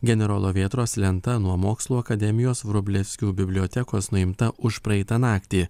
generolo vėtros lenta nuo mokslų akademijos vrublevskių bibliotekos nuimta užpraeitą naktį